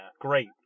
great